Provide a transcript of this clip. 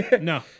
no